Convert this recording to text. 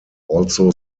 also